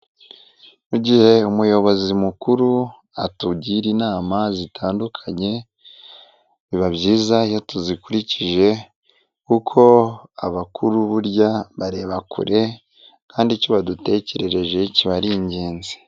Mu gihe umuyobozi mukuru atugira inama zitandukanye, biba byiza iyo tuzikurikije kuko abakuru burya bareba kure kandi icyo badutekerereje kiba ari ingenzi.